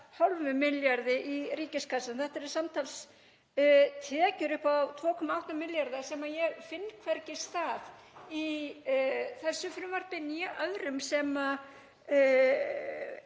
hálfum milljarði í ríkiskassann. Þetta eru samtals tekjur upp á 2,8 milljarða sem ég finn hvergi stað í þessu frumvarpi né öðrum sem